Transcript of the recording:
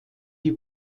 die